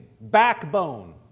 backbone